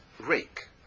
rake